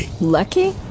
Lucky